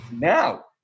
now